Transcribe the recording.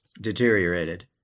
deteriorated